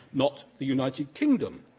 not the united kingdom,